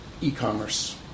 e-commerce